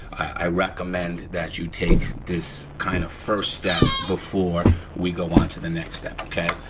i recommend that you take this kind of first step before we go on to the next step, okay.